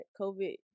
COVID